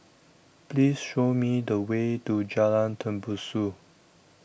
Please Show Me The Way to Jalan Tembusu